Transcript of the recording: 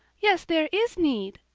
yes, there is need!